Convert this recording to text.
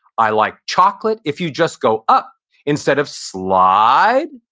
i like chocolate, if you just go up instead of slide,